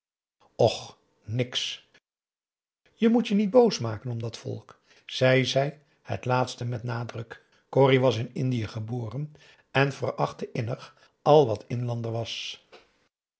och niks je moet je niet boos maken om dat volk zij zei het laatste met nadruk corrie was in indië geboren en verachtte innig al wat